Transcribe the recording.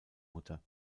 mutter